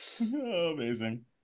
Amazing